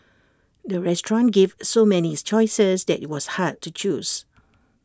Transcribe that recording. the restaurant gave so many choices that IT was hard to choose